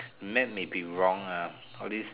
map may be wrong lah all these